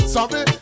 Sorry